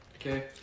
Okay